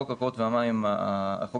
חוק הקרקעות והמים הירדני,